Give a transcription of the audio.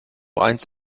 einst